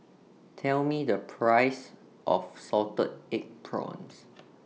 Tell Me The Price of Salted Egg Prawns